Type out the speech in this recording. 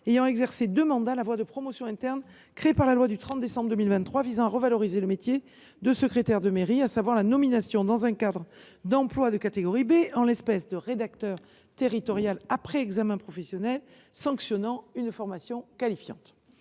ayant exercé deux mandats la voie de promotion interne créée par la loi du 30 décembre 2023 visant à revaloriser le métier de secrétaire de mairie, à savoir la nomination dans un cadre d’emploi de catégorie B, en l’espèce de rédacteur territorial, après examen professionnel sanctionnant une formation qualifiante.